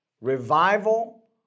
Revival